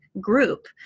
group